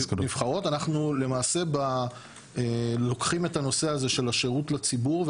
רות זך אחראית פניות הציבור באגף לדיפלומטיה ציבורית של משרד החוץ.